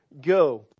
go